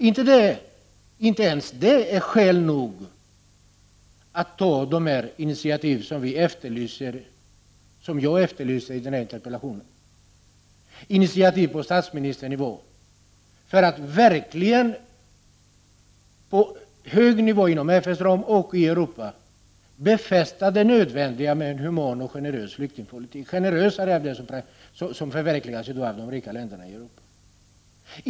Men inte ens det är tydligen skäl nog att ta de initiativ på statsministernivå som jag efterlyser i min interpellation, för att på hög nivå inom FN och på hög nivå i Europa verkligen slå fast det nödvändiga i en human och generös flyktingpolitik, generösare än den som i dag förverkligas av de rika länderna i Europa.